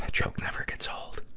joke never gets old.